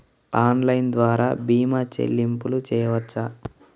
Online ద్వార భీమా చెల్లింపులు చేయవచ్చా?